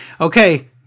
Okay